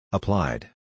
Applied